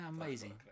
amazing